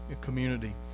community